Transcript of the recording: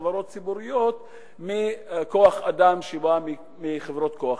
חברות ציבוריות מכוח-אדם שבא מחברות כוח-אדם.